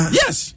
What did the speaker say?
yes